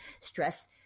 Stress